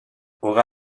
aurait